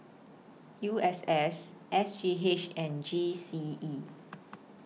U S S S G H and G C E